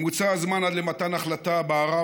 ממוצע הזמן עד למתן החלטה בערר,